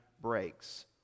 breaks